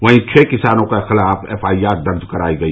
वहीं छह किसानों के खिलाफ एफआईआर दर्ज कराई गई